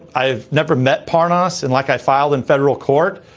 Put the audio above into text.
i have never met parnas and like i filed in federal court.